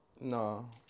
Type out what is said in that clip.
No